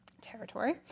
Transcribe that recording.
territory